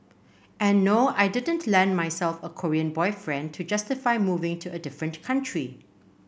and no I didn't land myself a Korean boyfriend to justify moving to a different country